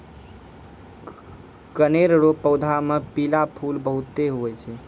कनेर रो पौधा मे पीला फूल बहुते हुवै छै